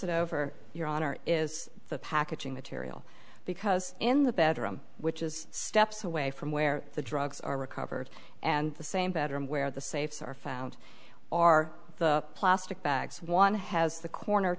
it over your honor is the packaging material because in the bedroom which is steps away from where the drugs are recovered and the same bedroom where the safes are found are the plastic bags one has the corner